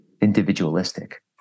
individualistic